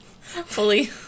fully